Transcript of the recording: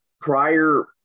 prior